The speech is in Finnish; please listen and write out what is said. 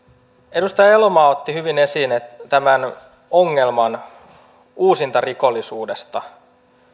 edustaja elomaa otti hyvin esiin tämän ongelman uusintarikollisuudesta